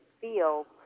feel